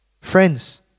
Friends